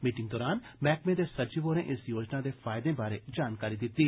meeting दौरान मैह्कमे दे सचिव होरें इस योजना दे फायदें बारै जानकारी दित्ती